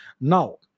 Now